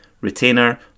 retainer